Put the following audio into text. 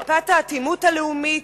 מפת האטימות הלאומית,